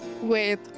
wait